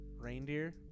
Reindeer